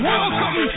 Welcome